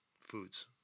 foods